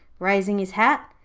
raising his hat,